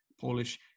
Polish